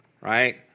Right